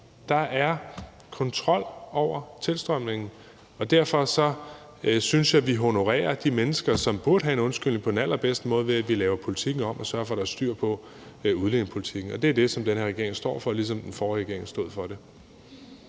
Der er kontrol med tilstrømningen. Derfor synes jeg, at vi honorerer de mennesker, som burde have en undskyldning, på den allerbedste måde, ved at vi laver politikken om og sørger for, at der er styr på udlændingepolitikken. Og det er det, som den her regering står for, ligesom den forrige regering stod for det.